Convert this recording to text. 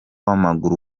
w’amaguru